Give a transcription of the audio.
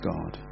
God